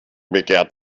begehrt